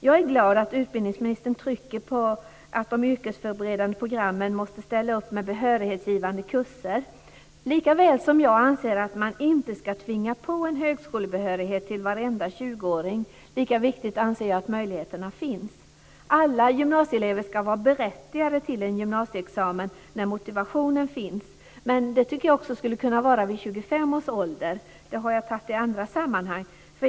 Jag är glad att utbildningsministern trycker på att man inom de yrkesförberedande programmen måste ställa upp med behörighetsgivande kurser. Likaväl som jag anser att man inte ska tvinga på varenda 20 åring en högskolebehörighet anser jag det vara att det finns möjligheter till en sådan. Alla motiverade gymnasieelever ska vara berättigade till en gymnasieexamen, men jag tycker att det också skulle kunna gälla vid 25 års ålder. Detta har jag också sagt i andra sammanhang.